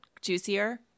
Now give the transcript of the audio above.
juicier